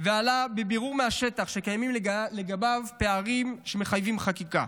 ועלה בבירור מהשטח שקיימים לגביו פערים שמחייבים חקיקה.